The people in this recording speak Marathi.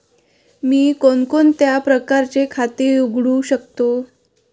मी कोणकोणत्या प्रकारचे खाते उघडू शकतो?